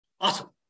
Awesome